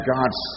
God's